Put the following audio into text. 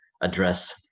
address